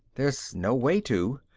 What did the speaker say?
there's no way to.